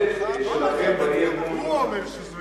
הוא אומר שזו